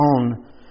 own